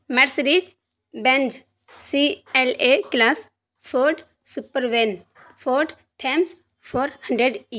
Mercedes Benz C L A class ford super win ford thames four hundred E